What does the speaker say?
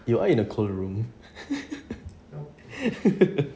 you are in a cold room